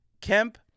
Kemp